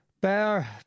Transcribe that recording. Bear